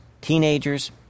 teenagers